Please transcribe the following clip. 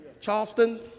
Charleston